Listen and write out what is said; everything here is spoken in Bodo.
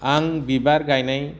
आं बिबार गायनाय